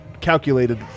calculated